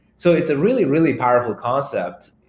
so it's a really, really powerful concept.